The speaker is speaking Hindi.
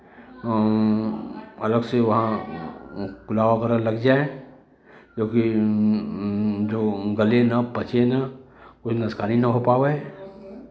अलग से वहाँ नल वगैरा लग जाए जोकि जो गले ना पचे ना कुछ नुकसानी ना होए पावै